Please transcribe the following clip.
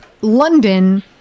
London